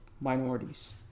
minorities